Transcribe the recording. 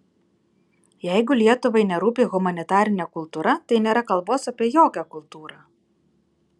jeigu lietuvai nerūpi humanitarinė kultūra tai nėra kalbos apie jokią kultūrą